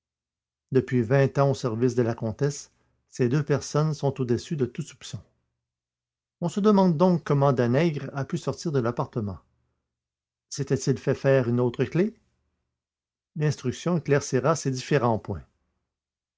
depuis vingt ans au service de la comtesse ces deux personnes sont au-dessus de tout soupçon on se demande donc comment danègre a pu sortir de l'appartement s'était-il fait faire une autre clef l'instruction éclaircira ces différents points